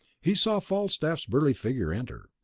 he saw falstaff's burly figure enter,